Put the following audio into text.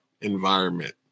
environment